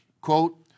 quote